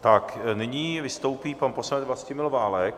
Tak nyní vystoupí pan poslanec Vlastimil Válek...